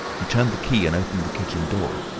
he turned the key and opened the kitchen door.